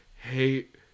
hate